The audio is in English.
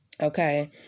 Okay